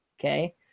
Okay